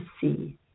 see